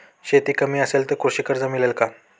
शेती कमी असेल तर कृषी कर्ज मिळेल का?